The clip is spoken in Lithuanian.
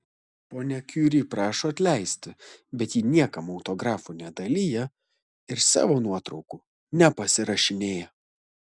ponia kiuri prašo atleisti bet ji niekam autografų nedalija ir savo nuotraukų nepasirašinėja